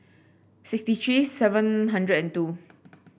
sixty three seven hundred and two